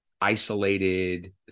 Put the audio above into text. isolated